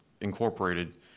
incorporated